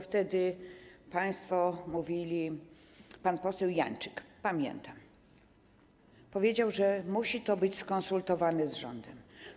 Wtedy państwo mówiliście, pan poseł Janczyk, pamiętam, powiedział, że musi to zostać skonsultowane z rządem.